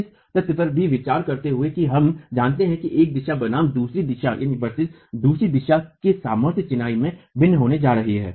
इस तथ्य पर भी विचार करते हुए कि हम जानते हैं कि एक दिशा बनाम दूसरी दिशा में सामर्थ्य चिनाई में भिन्न होने जा रही है